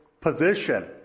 position